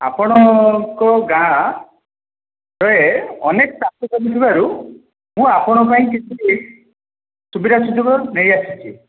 ଆପଣଙ୍କ ଗାଁରେ ଅନେକ ଚାଷ ଜମି ଥିବାରୁ ମୁଁ ଆପଣଙ୍କ ପାଇଁ କିଛି ସୁବିଧା ସୁଯୋଗ ନେଇ ଆସିଛି